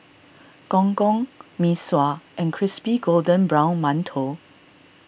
Gong Gong Mee Sua and Crispy Golden Brown Mantou